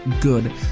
good